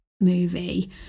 movie